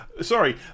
sorry